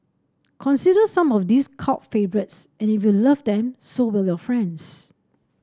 consider some of these cult favourites and if you love them so will your friends